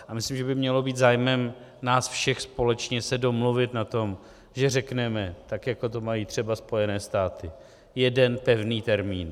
A myslím, že by mělo být zájmem nás všech společně se domluvit na tom, že řekneme, tak jako to mají třeba Spojené státy jeden pevný termín.